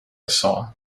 saw